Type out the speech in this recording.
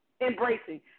embracing